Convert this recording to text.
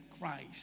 Christ